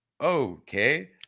okay